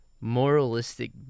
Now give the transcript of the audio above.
moralistic